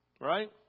right